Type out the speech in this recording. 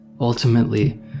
ultimately